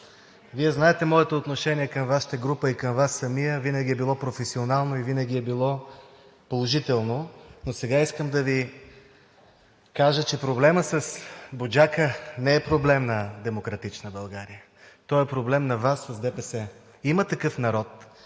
Вие знаете моето отношение към Вашата група и към Вас самия – винаги е било професионално и винаги е било положително. Но сега искам да Ви кажа, че проблемът с „Буджака“ не е проблем на „Демократична България“. Той е проблем на Вас с ДПС. „Има такъв народ“